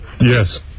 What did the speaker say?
Yes